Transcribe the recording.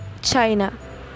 China